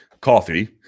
coffee